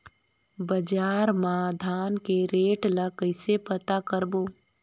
बजार मा धान के रेट ला कइसे पता करबो?